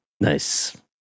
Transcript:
Nice